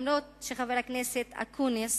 אף-על-פי שחבר הכנסת אקוניס